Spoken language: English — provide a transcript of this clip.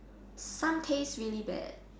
some taste really bad